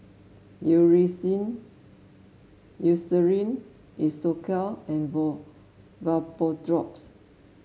Eucerin Isocal and Vapodrops